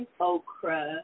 Okra